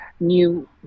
new